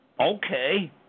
okay